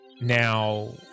now